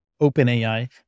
OpenAI